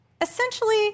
Essentially